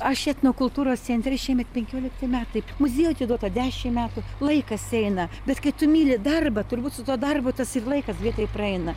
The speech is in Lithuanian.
aš etnokultūros centre šiemet penkiolikti metai muziejui atiduota dešim metų laikas eina bet kai tu myli darbą turbūt su tuo darbu tas ir laikas greitai praeina